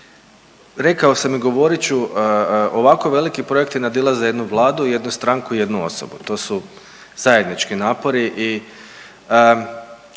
rekao sam i govorit ću ovako veliki projekti nadilaze jednu vladu, jednu stranku i jednu osobu. To su zajednički napori i